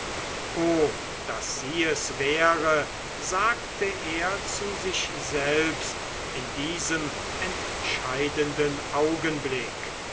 o daß sie es wäre sagte er zu sich selbst in diesem entscheidenden augenblick